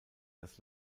das